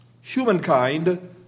humankind